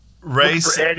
race